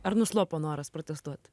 ar nuslopo noras protestuot